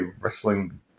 wrestling